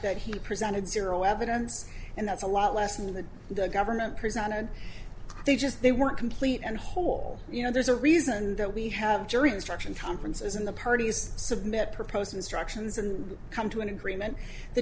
that he presented zero evidence and that's a lot less than the government presented they just they weren't complete and whole you know there's a reason that we have jury instruction conferences in the parties submit proposed and structures and come to an agreement the